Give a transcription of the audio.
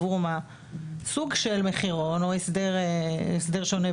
סוג של מחירון או הסדר שונה,